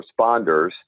responders